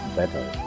better